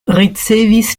ricevis